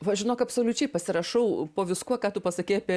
va žinok absoliučiai pasirašau po viskuo ką tu pasakei apie